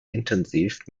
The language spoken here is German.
intensiv